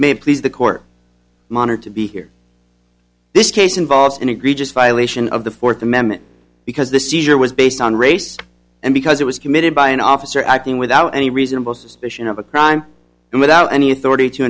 may please the court monitor to be here this case involves an egregious violation of the fourth amendment because the seizure was based on race and because it was committed by an officer acting without any reasonable suspicion of a crime and without any authority to